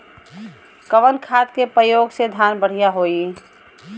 कवन खाद के पयोग से धान बढ़िया होई?